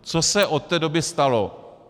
Co se od té doby stalo?